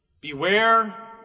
Beware